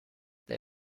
they